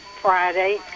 Friday